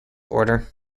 order